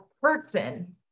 person